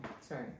sorry